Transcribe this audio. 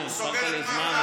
סגר את מח"ש.